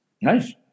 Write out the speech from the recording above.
nice